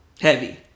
Heavy